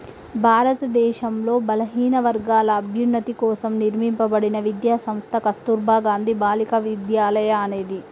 భారతదేశంలో బలహీనవర్గాల అభ్యున్నతి కోసం నిర్మింపబడిన విద్యా సంస్థ కస్తుర్బా గాంధీ బాలికా విద్యాలయ అనేది